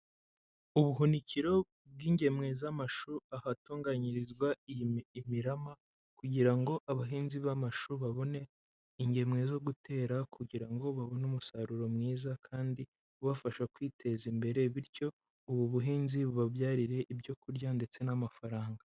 Ubuhunikiro bw'ingemwe z'amashu, ahatunganyirizwa imirama, kugira ngo abahinzi b'amashu babone ingemwe zo gutera, kugira ngo babone umusaruro mwiza kandi ubafasha kwiteza imbere, bityo ubu buhinzi bubabyarire ibyo kurya ndetse n'amafaranga.